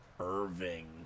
Irving